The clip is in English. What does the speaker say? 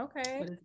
okay